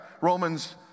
Romans